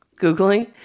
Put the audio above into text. Googling